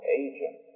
agent